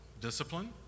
discipline